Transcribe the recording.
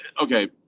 okay